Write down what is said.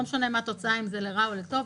לא משנה מה התוצאה אם זה לרעה או לטוב,